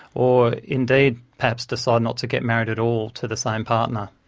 or indeed perhaps decide not to get married at all to the same partner.